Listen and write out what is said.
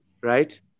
right